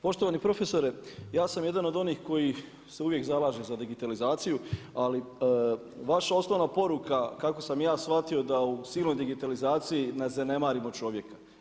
Poštovani profesore, ja sam jedan od onih koji se uvijek zalažu za digitalizaciju, ali vaša osnovna poruka, kako sam ja shvatio, da u silnoj digitalizaciji da ne zanemarimo čovjeka.